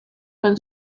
and